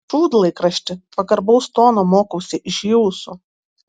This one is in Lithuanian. šūdlaikrašti pagarbaus tono mokausi iš jūsų